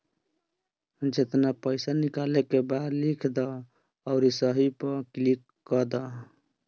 जेतना पइसा निकाले के बा लिख दअ अउरी सही पअ क्लिक कअ दअ